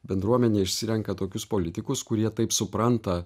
bendruomenė išsirenka tokius politikus kurie taip supranta